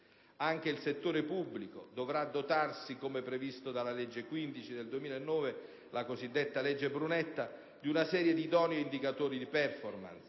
Anche il settore pubblico dovrà dotarsi, come previsto dalla legge n. 15 del 2009, la cosiddetta legge Brunetta, di una serie di idonei indicatori di *performance*,